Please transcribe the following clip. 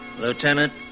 Lieutenant